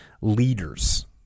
leaders